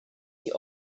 die